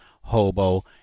hobo